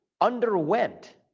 underwent